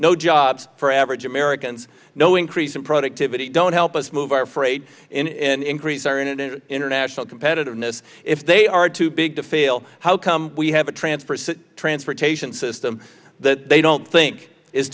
no jobs for average americans no increase in productivity don't help us move our freight increase our it in international competitiveness if they are too big to fail how come we have a transfer transportation system that they don't think i